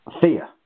fear